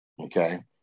Okay